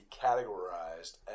categorized